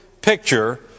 picture